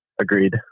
Agreed